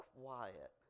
quiet